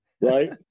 Right